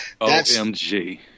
OMG